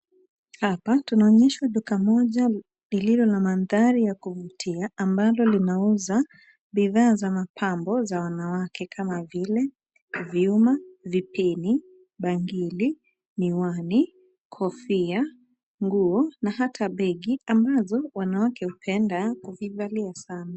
Hapa tunaonyeshwa duka moja lililo na mandhari ya kuvutia, ambalo linauza bidhaa za mapambo za wanawake kama vile vyuma, vipini, bangili, miwani, kofia, nguo na hata begi ambazo wanawake hupenda kuvivalia sana.